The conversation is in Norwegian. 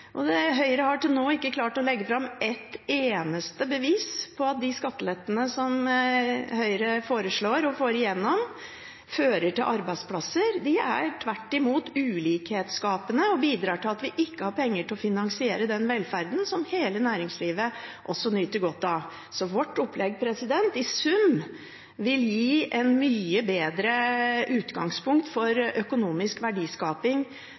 skape mer. Høyre har til nå ikke klart å legge fram et eneste bevis på at de skattelettene som Høyre foreslår og får igjennom, fører til arbeidsplasser. De er tvert imot ulikhetsskapende og bidrar til at vi ikke har penger til å finansiere den velferden som hele næringslivet også nyter godt av. Vårt opplegg vil i sum gi et mye bedre utgangspunkt for økonomisk verdiskaping